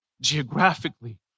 geographically